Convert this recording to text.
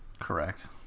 Correct